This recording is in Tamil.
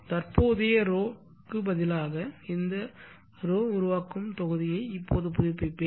தற்போதைய ρ பதிலாக இந்த ρ உருவாக்கும் தொகுதியை இப்போது புதுப்பிப்பேன்